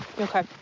Okay